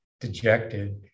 dejected